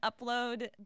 upload